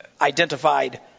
identified